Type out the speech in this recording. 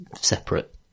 separate